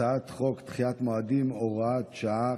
הצעת חוק לשכת עורכי הדין (הוראת שעה,